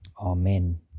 Amen